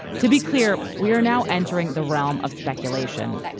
to be clear, we are now entering the realm of speculation,